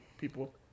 people